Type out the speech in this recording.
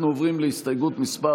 אנחנו עוברים להסתייגות מס'